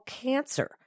cancer